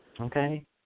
Okay